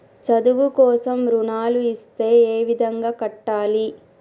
చదువు కోసం రుణాలు ఇస్తే ఏ విధంగా కట్టాలి?